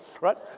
Right